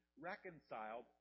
reconciled